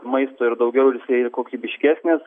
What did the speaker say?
maisto ir daugiau ir jisai yra kokybiškesnis